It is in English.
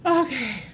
okay